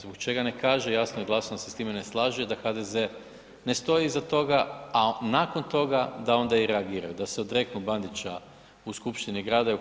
Zbog ne kaže jasno i glasno da se s time ne slaže i da HDZ ne stoji iza toga, a nakon toga da onda i reagiraju, da se odreknu Bandića u skupštini grada i u HS.